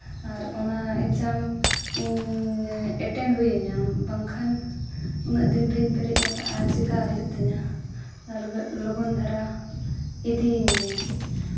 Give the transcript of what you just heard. ᱟᱨ ᱚᱱᱟ ᱮᱠᱡᱟᱢ ᱤᱧ ᱮᱴᱮᱱᱰ ᱦᱩᱭᱟᱹᱧᱟᱹ ᱵᱟᱝᱠᱷᱟᱱ ᱩᱱᱟᱹᱜ ᱫᱤᱱ ᱨᱤᱧ ᱯᱮᱨᱮᱡ ᱟᱠᱟᱜᱼᱟ ᱪᱮᱠᱟ ᱦᱩᱭᱩᱜ ᱛᱤᱧᱟ ᱚᱱᱟ ᱞᱟᱹᱜᱤᱫ ᱞᱚᱜᱚᱱ ᱫᱷᱟᱨᱟ ᱤᱫᱤᱭᱧ ᱢᱮ